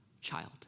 child